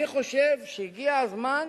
אני חושב שהגיע הזמן,